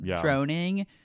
droning